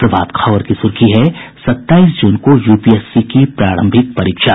प्रभात खबर की सुर्खी है सत्ताईस जून को यूपीएससी की प्रारंभिक परीक्षा